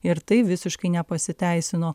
ir tai visiškai nepasiteisino